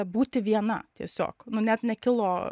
būti viena tiesiog nu net nekilo